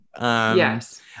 yes